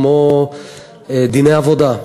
כמו דיני עבודה,